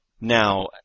Now